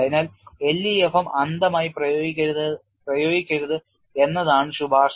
അതിനാൽ LEFM അന്ധമായി പ്രയോഗിക്കരുത് എന്നതാണ് ശുപാർശ